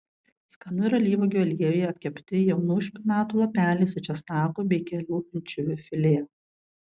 skanu ir alyvuogių aliejuje apkepti jaunų špinatų lapeliai su česnaku bei kelių ančiuvių filė